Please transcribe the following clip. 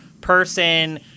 person